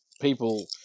people